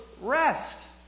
rest